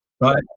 Right